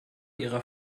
ihrer